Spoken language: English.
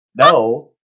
no